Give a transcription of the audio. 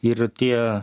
ir tie